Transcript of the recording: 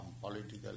political